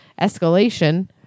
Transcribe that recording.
escalation